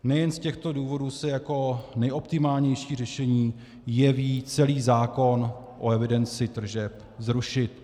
Nejen z těchto důvodů se jako nejoptimálnější řešení jeví celý zákon o evidenci tržeb zrušit.